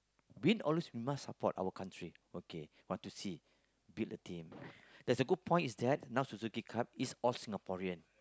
win or lose we must support our country okay want to see build a team there's a good point is that now Suzuki-Cup is all Singaporean